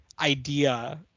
idea